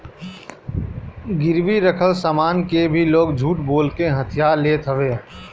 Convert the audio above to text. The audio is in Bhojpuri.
गिरवी रखल सामान के भी लोग झूठ बोल के हथिया लेत हवे